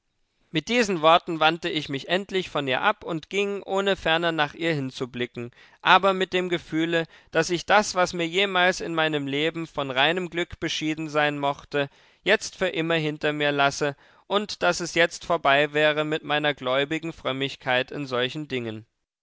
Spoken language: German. mit diesen worten wandte ich mich endlich von ihr ab und ging ohne ferner nach ihr hinzublicken aber mit dem gefühle daß ich das was mir jemals in meinem leben von reinem glück beschieden sein mochte jetzt für immer hinter mir lasse und daß es jetzt vorbei wäre mit meiner gläubigen frömmigkeit in solchen dingen